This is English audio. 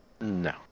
No